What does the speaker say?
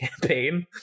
campaign